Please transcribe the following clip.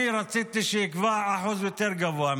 אני רציתי שיקבע אחוז יותר גבוה מזה,